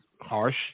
harsh